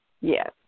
Yes